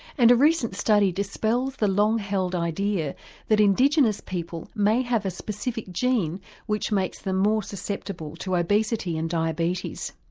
and, recent study dispels the long held idea that indigenous people may have a specific gene which makes them more susceptible to obesity and diabetes.